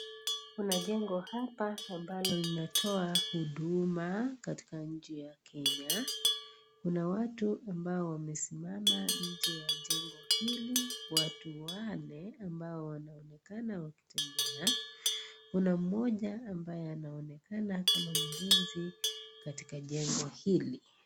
Kuna jengo hapa ambalo linatoka huduma katika nchi ya Kenya. Kuna watu ambao wamesimama nje ya jengo hili, watu wanne ambao waonekana wakitembea. Kuna mmoja ambaye anaonekana kama mlinzi katika jengo hili.